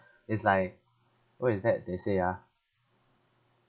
it's like what is that they say ah